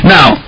Now